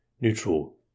Neutral